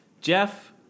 Jeff